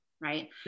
right